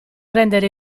rendere